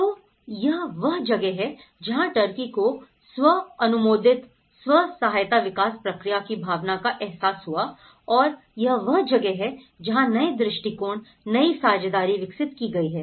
तो यह वह जगह है जहाँ टर्की को स्व अनुमोदित स्व सहायता विकास प्रक्रिया की भावना का एहसास हुआ और यह वह जगह है जहाँ नए दृष्टिकोण नई साझेदारी विकसित की गई है